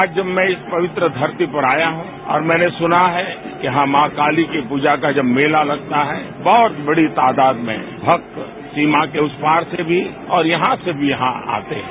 आज जब मैं इस पवित्र धरती पर आया हूं और मैंने सुना है कि यहां मां काली की पूजा का जब मेला लगता है बहुत बड़ी तादाद में भक्त सीमा के उस पार से भी और यहां से भी यहां आते हैं